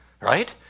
right